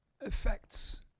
effects